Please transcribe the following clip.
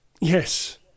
Yes